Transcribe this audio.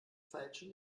feilschen